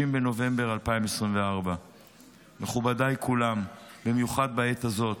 30 בנובמבר 2024. מכובדיי כולם, במיוחד בעת הזאת,